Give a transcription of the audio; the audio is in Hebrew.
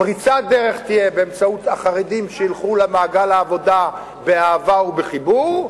פריצת הדרך תהיה באמצעות החרדים שילכו למעגל העבודה באהבה ובחיבור,